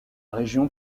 région